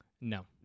No